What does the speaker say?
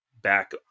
back